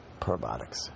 probiotics